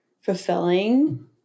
fulfilling